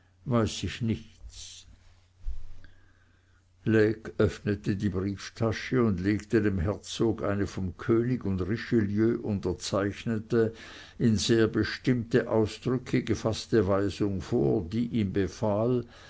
weiß ich nichts lecques öffnete seine brieftasche und legte dem herzog eine vom könig und richelieu unterzeichnete in sehr bestimmte ausdrücke gefaßte weisung vor die ihm befahl